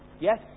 Yes